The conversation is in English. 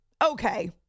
Okay